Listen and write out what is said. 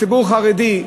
הציבור החרדי,